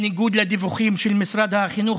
בניגוד לדיווח של משרד החינוך,